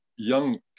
Young